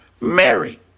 Mary